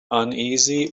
uneasy